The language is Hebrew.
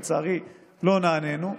לצערי לא נענינו.